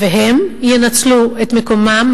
והם ינצלו את מקומם,